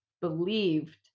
believed